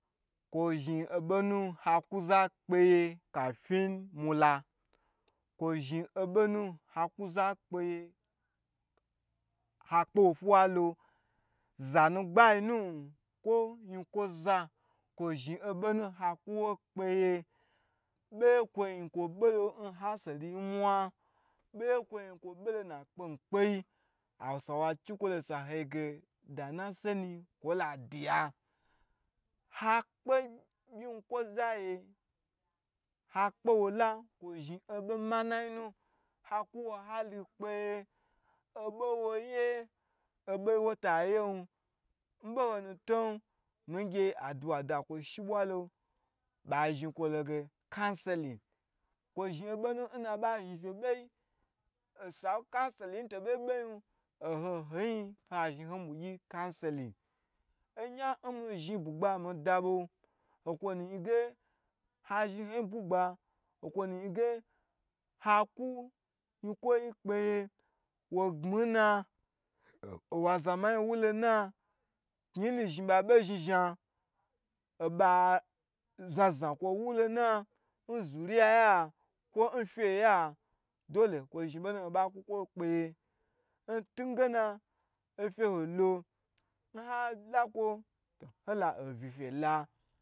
Kwo zhi haku za kpeye kafin mula, kwo zhin obonu hakuza kpeye ha kpewo fuwa lo, zanu gbayi nu kwo nyikwoza kwozhin obo nu hakuwo kpeye. beye kwo yin kwo bo lo nna asenyi nmwa, kwo zhi obonakwo be nakpe mi kpeyi awusawa chikwonuge da na seni kwoladiya hakpe pyi nyinkwola ye hakpewola kwozhin manayinu, hakuwa hali kpeye obowoye obowotayen nbohonu to aduwa da kwo shibwa lo ba yi kwo ge canselin, kwo zhin obonu nnaba zhin fe be yo nsa n canseliyi to bo bo yin kwo kamata nho nho yin yi ha zhin ho bwi gyi canseli oyan mi zhin bugba mida bo nkwo na yin ge hazhin hoyin bugba haku nyokwo yi kpeye wo gbni na, nwo azama yi abo zhni zhin oba zhna zhna kwo wu lo na nzuriyaya ko nfe ya dole kwa zhin obon ho ba ka kwo kpeye ntuge na ofe hdo nhalakwo hola ovila